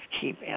keep